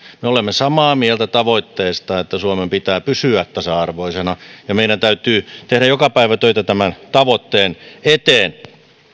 me olemme samaa mieltä tavoitteesta että suomen pitää pysyä tasa arvoisena ja meidän täytyy tehdä joka päivä töitä tämän tavoitteen eteen